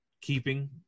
keeping